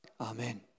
Amen